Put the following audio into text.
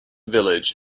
village